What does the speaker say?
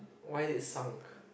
why is it sunk